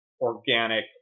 organic